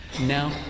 Now